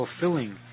fulfilling